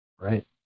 right